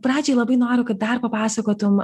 pradžiai labai noriu kad dar papasakotum